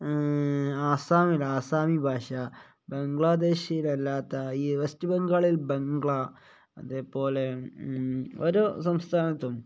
ആസാമിൽ ആസാമിസ് ഭാഷ ബംഗ്ലാദേശിൽ അല്ലാത്ത ഈ വെസ്റ്റ് ബംഗാളിൽ ബംഗ്ലാ അതേപോലെ ഓരോ സംസ്ഥാനത്തും